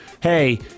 Hey